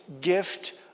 gift